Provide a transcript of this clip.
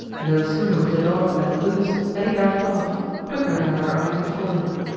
no sooner was the dog let loose than he darted off, quicker than their eye could follow him.